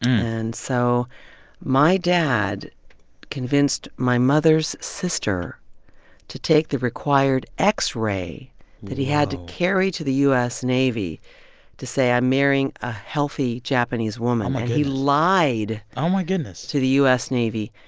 and so my dad convinced my mother's sister to take the required x-ray that he had to carry to the u s. navy to say, i'm marrying a healthy japanese woman. like he lied. oh, my goodness. to the u s. navy.